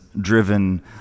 Driven